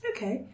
Okay